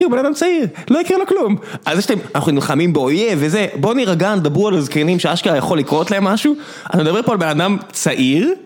הוא בן אדם צעיר, לא יקרה לו כלום. אז יש אתם, אנחנו נלחמים באויב וזה בוא נרגע, דברו על זקנים שאשכרה יכול לקרות להם משהו, אני מדבר פה על בן אדם צעיר